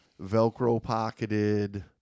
Velcro-pocketed